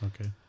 okay